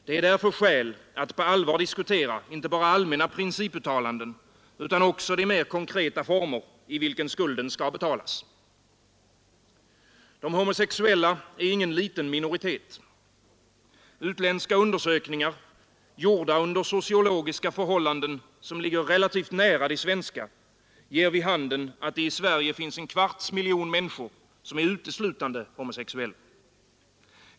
Det är därför skäl att på allvar diskutera inte bara allmänna principuttalanden utan också de mer konkreta former i vilken skulden skall betalas. De homosexuella är ingen liten minoritet. Utländska undersökningar gjorda under sociologiska förhållanden som ligger relativt nära de svenska ger vid handen att det i Sverige finns en kvarts miljon människor som är uteslutande homosexuella.